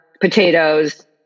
potatoes